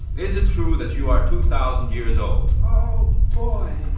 is it true that you are two thousand years old? oh boy!